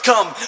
Come